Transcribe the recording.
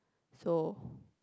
so